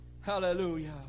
Hallelujah